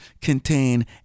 contain